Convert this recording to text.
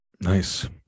Nice